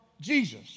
Jesus